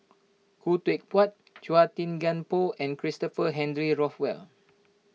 Khoo Teck Puat Chua Thian Poh and Christopher Henry Rothwell